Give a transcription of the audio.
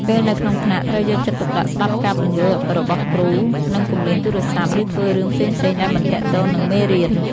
ពេលនៅក្នុងថ្នាក់ ត្រូវយកចិត្តទុកដាក់ស្តាប់ការពន្យល់របស់គ្រូ និងកុំលេងទូរស័ព្ទ ឬធ្វើរឿងផ្សេងៗដែលមិនទាក់ទងនឹងមេរៀន។